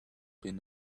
been